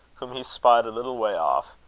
whom he spied a little way off,